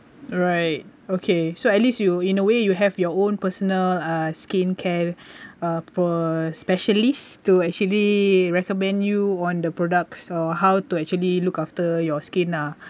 right okay so at least you in a way you have your own personal uh skin care uh specialist to actually recommend you on the products or how to actually look after your skin lah